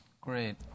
Great